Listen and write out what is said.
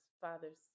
father's